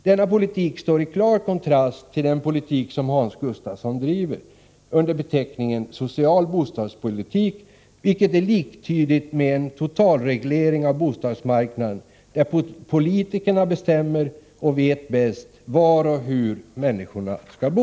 Denna politik står i klar kontrast till den politik som Hans Gustafsson driver under beteckningen social bostadspolitik — vilken är liktydig med en totalreglering av bostadsmarknaden, som innebär att politikerna bestämmer och bäst vet var och hur människorna skall bo.